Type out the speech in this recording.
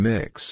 Mix